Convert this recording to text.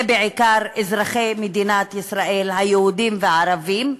בעיקר אזרחי מדינת ישראל היהודים והערבים,